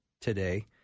today